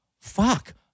fuck